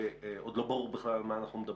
שעוד לא ברור בכלל על מה אנחנו מדברים,